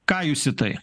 ką jūs į tai